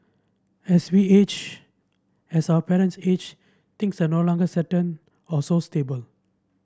as we age as our parents age things are no longer certain or so stable